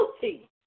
guilty